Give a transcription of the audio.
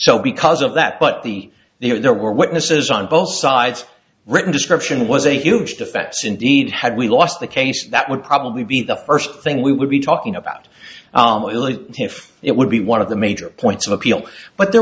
so because of that but the there were witnesses on both sides written description was a huge defects indeed had we lost the case that would probably be the first thing we would be talking about if it would be one the major points of appeal but there